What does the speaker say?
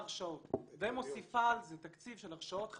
ההרשאות ומוסיפה על זה תקציב של הרשאות חדשות,